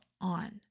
on